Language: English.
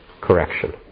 correction